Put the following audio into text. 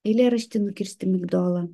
eilėraštį nukirsti migdolą